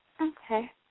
Okay